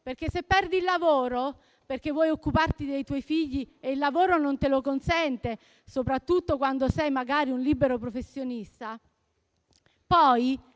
se perdi il lavoro o vuoi occuparti dei tuoi figli e il lavoro non te lo consente, soprattutto quando sei un libero professionista, poi